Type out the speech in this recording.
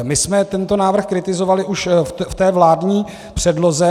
My jsme tento návrh kritizovali už v té vládní předloze.